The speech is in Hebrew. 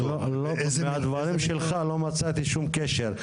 מהדברים שלך לא מצאתי שום קשר.